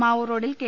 മാവൂർ റോഡിൽ കെ